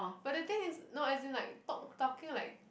but the thing is no as in like talk talking like